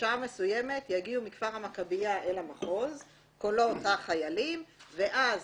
בשעה מסוימת יגיעו מכפר המכביה אל המחוז קולות החיילים ואז